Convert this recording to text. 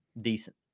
decent